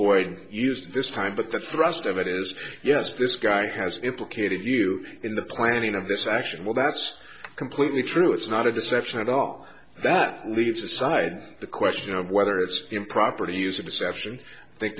boyd used this time but the thrust of it is yes this guy has implicated you in the planning of this action well that's completely true it's not a deception at all that leaves aside the question of whether it's improper to use a deception think